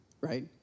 right